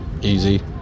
Easy